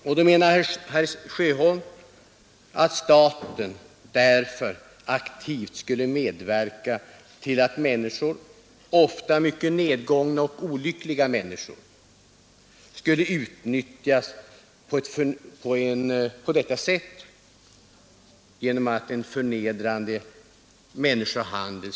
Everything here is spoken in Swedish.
Därför menar herr Sjöholm att staten aktivt bör medverka till att människor, ofta mycket nedgångna och olyckliga människor, skulle utnyttjas i en förnedrande människohandel.